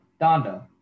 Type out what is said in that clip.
Donda